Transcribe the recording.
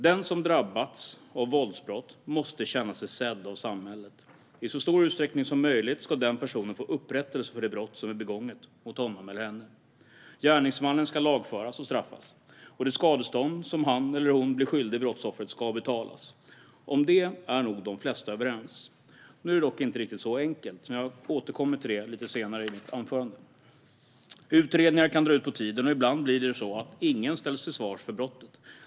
Den som drabbas av våldsbrott måste känna sig sedd av samhället. I så stor utsträckning som möjligt ska den personen få upprättelse för det brott som är begånget mot honom eller henne. Gärningspersonen ska lagföras och straffas, och det skadestånd som han eller hon blir skyldig brottsoffret ska betalas. Om detta är nog de flesta överens. Det är dock inte riktigt så enkelt. Jag återkommer till det lite senare i mitt anförande. Utredningar kan dra ut på tiden, och ibland blir det så att ingen ställs till svars för brottet.